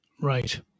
Right